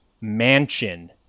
mansion